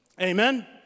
Amen